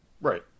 Right